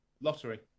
Lottery